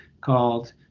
called